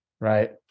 right